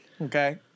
Okay